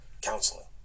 counseling